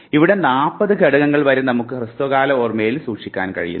ഇവിടെ 40 ഘടകങ്ങൾ വരെ നമുക്ക് ഹ്രസ്വകാല ഓർമ്മയിൽ സൂക്ഷിക്കുവാൻ കഴിയുന്നു